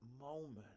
moment